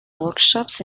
workshops